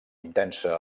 intensa